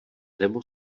demo